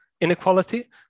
inequality